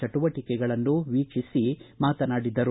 ಚಟುವಟಿಕೆಗಳನ್ನು ವೀಕ್ಷಿಸಿ ಮಾತನಾಡಿದರು